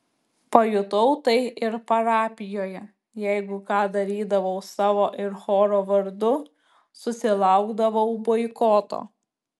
pajutau tai ir parapijoje jeigu ką darydavau savo ir choro vardu susilaukdavau boikoto